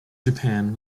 japan